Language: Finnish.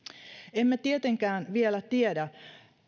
emme tietenkään vielä tiedä